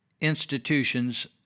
institutions